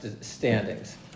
standings